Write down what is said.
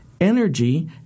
energy